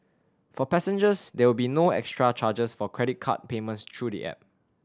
for passengers there will be no extra charges for credit card payments through the app